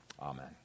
Amen